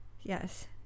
Yes